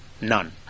none